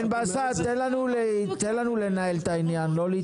בן בסט, נא לא להתפרץ.